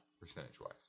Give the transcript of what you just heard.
percentage-wise